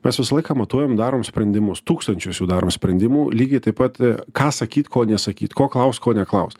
mes visą laiką matuojam darom sprendimus tūkstančius jų daromų sprendimų lygiai taip pat ką sakyt ko nesakyt ko klaust ko neklaust